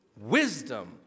wisdom